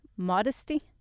modesty